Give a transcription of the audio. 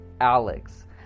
Alex